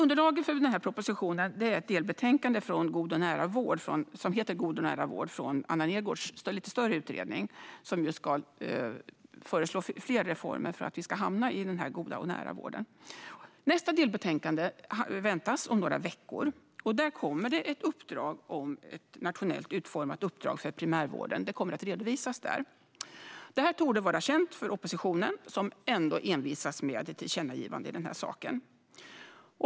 Underlaget för propositionen är delbetänkandet God och nära vård från Anna Nergårdhs lite större utredning där det ingår fler reformer för att det ska bli en god och nära vård. Nästa delbetänkande väntas om några veckor. Där kommer ett nationellt utformat uppdrag för primärvården att redovisas. Detta torde vara känt för oppositionen som ändå envisas med ett tillkännagivande i saken.